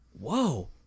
Whoa